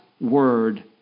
word